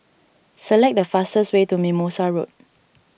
select the fastest way to Mimosa Road